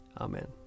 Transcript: Amen